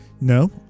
No